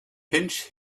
pinch